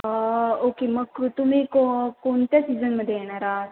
okay मग तुम्ही को कोणत्या सीझनमध्ये येणार आहात